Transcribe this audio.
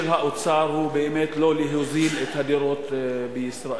של האוצר הוא באמת לא להוזיל את הדירות בישראל.